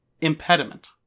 Impediment